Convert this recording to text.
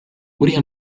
uriya